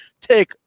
take